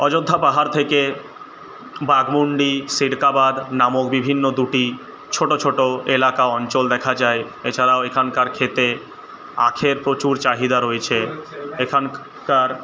অযোধ্যা পাহাড় থেকে বাঘমুন্ডি সিরকাবাদ নামক বিভিন্ন দুটি ছোটো ছোটো এলাকা অঞ্চল দেখা যায় এছাড়াও এখানকার ক্ষেতে আখের প্রচুর চাহিদা রয়েছে এখানকার